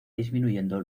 disminuyendo